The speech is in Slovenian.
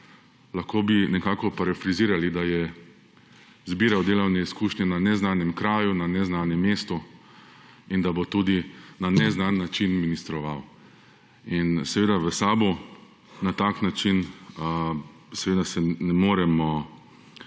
Lahko bi nekako parafrizirali, da je zbiral delovne izkušnje na neznanjem kraju, na neznanem mestu in da bo tudi na neznani način ministroval in seveda v SAB na tak način seveda se ne moremo